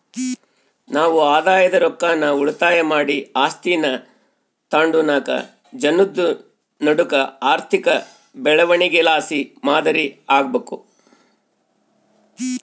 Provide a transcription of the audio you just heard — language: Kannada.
ನಾವು ಆದಾಯದ ರೊಕ್ಕಾನ ಉಳಿತಾಯ ಮಾಡಿ ಆಸ್ತೀನಾ ತಾಂಡುನಾಕ್ ಜನುದ್ ನಡೂಕ ಆರ್ಥಿಕ ಬೆಳವಣಿಗೆಲಾಸಿ ಮಾದರಿ ಆಗ್ಬಕು